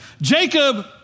Jacob